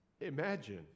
Imagine